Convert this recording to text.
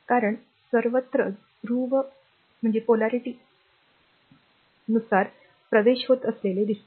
कारण सर्वत्र ध्रुव ध्रुव्यात प्रवेश होत असल्याचे दिसेल